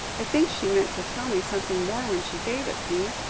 i think she meant to tell me something more when she gave it me,